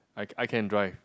I I can drive